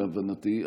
להבנתי,